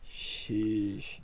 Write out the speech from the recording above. Sheesh